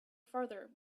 farther